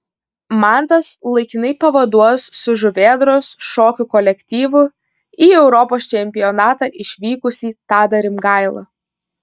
mantas laikinai pavaduos su žuvėdros šokių kolektyvu į europos čempionatą išvykusi tadą rimgailą